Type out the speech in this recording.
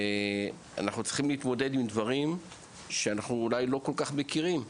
אנחנו צריכים להתמודד עם דברים שאנחנו לא כל-כך מכירים.